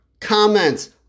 comments